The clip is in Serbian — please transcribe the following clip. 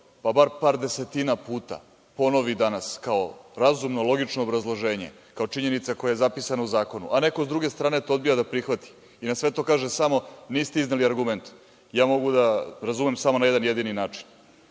pa bar par desetina puta ponovi danas kao razumno, logično obrazloženje, kao činjenica koja je zapisana u zakonu, a neko s druge strane to odbija da prihvati i na sve to kaže samo – niste izneli argumente, ja mogu da razumem na samo jedan jedini način.